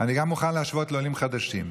אני גם מוכן להשוות לעולים חדשים,